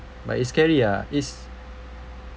but it's scary ah is